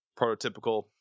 prototypical